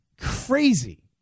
crazy